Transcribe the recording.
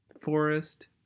forest